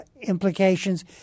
implications